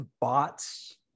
bots